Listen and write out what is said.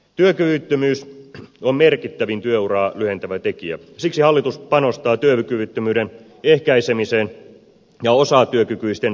työkyvyttömyys on merkittävin työuraa lyhentävä tekijä siksi hallitus panostaa työkyvyttömyyden ehkäisemiseen ja osatyökykyisten työmahdollisuuksien parantamiseen